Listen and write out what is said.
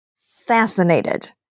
fascinated